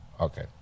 Okay